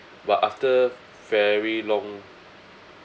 but after very long